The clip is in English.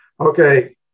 okay